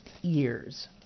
years